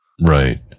Right